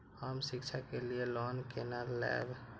हम शिक्षा के लिए लोन केना लैब?